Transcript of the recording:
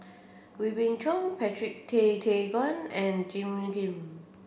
Wee Beng Chong Patrick Tay Teck Guan and Jim Kim